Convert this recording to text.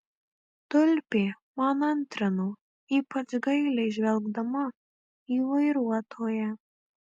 tulpė man antrino ypač gailiai žvelgdama į vairuotoją